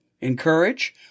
encourage